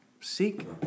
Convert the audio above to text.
Seek